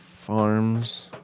farms